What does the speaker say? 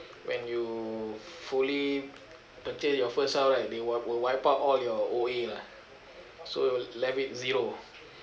when you fully purchase your first house right they wipe will wipe out all your O_A lah so left it zero